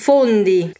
Fondi